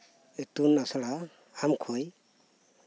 ᱤᱛᱩᱱ ᱟᱥᱲᱟ ᱟᱢ ᱠᱷᱳᱭ